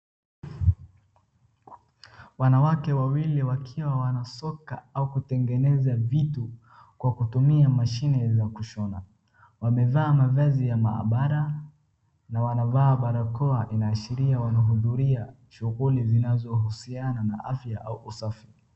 Wanawake wawili wakiwa wanasuka au kutengeneza vitu kwa kutumia mashine ya kushona, wamevaa mavazi ya maabara na wanavaa barakoa, inaashiria wanahudhuria shughuli inayohusiana naafya au usafiri.